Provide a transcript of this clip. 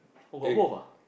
oh got both ah